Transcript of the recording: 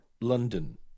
London